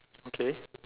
okay